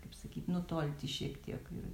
kaip sakyt nutolti šiek tiek ir